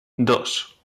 dos